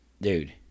Dude